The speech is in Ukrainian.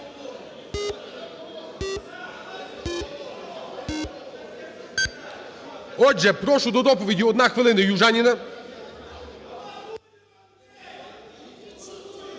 Отже, прошу до доповіді, одна хвилина, Южаніна.